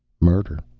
murder.